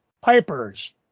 pipers